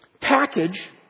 package